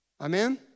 Amen